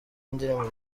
ndirimbo